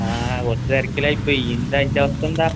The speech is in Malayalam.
ആ കുറച്ച് തിരക്കിൽ ആയിപ്പോയി എന്താ ഇൻ്റ അവസ്ഥ എന്താ